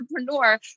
entrepreneur